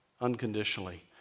unconditionally